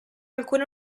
alcune